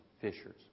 fishers